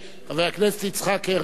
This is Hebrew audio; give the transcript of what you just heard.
חבר הכנסת יצחק הרצוג.